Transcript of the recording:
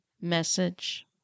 message